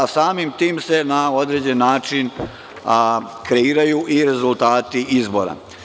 Samim tim se na određeni način kreiraju i rezultati izbora.